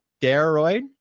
steroid